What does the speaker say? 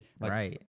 Right